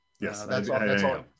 Yes